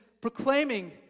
proclaiming